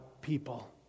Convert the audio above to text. people